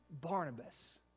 Barnabas